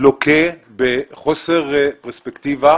לוקה בחוסר פרספקטיבה.